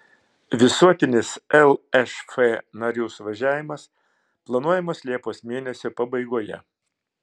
visuotinis lšf narių suvažiavimas planuojamas liepos mėnesio pabaigoje